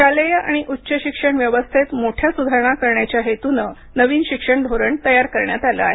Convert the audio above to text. शालेय आणि उच्च शिक्षण व्यवस्थेत मोठ्या सुधारणा करण्याच्या हेतूनं नवीन शिक्षण धोरण तयार करण्यात आलं आहे